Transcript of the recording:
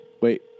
Wait